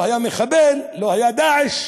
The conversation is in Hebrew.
לא היה מחבל, לא היה "דאעש",